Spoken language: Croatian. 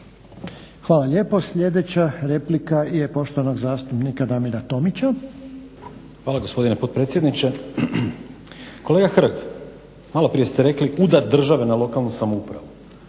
Hvala lijepo. Sljedeća replika je poštovanog zastupnika Damira Tomića. **Tomić, Damir (SDP)** Hvala gospodine potpredsjedniče. Kolega Hrk maloprije ste rekli udar države na lokalnu samoupravu,